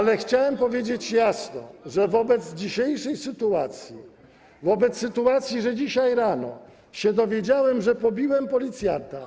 Ale chciałem powiedzieć jasno, że wobec dzisiejszej sytuacji, wobec sytuacji, że dzisiaj rano dowiedziałem się, że pobiłem policjanta.